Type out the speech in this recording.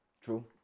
True